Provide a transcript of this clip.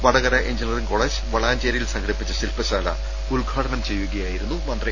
Vadakara engineering college വളാഞ്ചേരിയിൽ സംഘടിപ്പിച്ച ശില്പശാല ഉദ്ഘാടനം ചെയ്യുകയായിരുന്നു മന്ത്രി